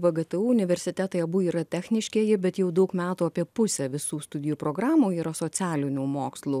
vgtu universitetai abu yra techniškieji bet jau daug metų apie pusę visų studijų programų yra socialinių mokslų